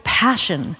passion